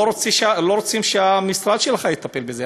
לא רוצים שהמשרד שלך יטפל בזה,